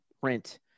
print